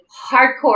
hardcore